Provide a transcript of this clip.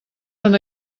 són